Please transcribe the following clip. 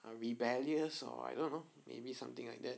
ah rebellious or I don't know maybe something like that